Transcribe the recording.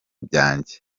byanjye